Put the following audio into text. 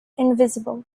invisible